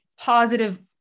positive